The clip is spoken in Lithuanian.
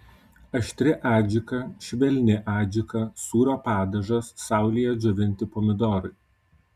aštri adžika švelni adžika sūrio padažas saulėje džiovinti pomidorai